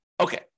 Okay